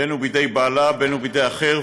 בין שהוא בידי בעלה ובין שהוא בידי אחר,